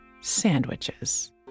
sandwiches